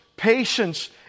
patience